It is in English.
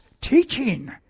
teaching